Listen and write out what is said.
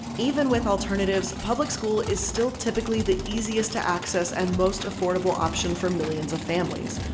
even with alternatives, public school is still typically the easiest to access and most affordable option for millions of families.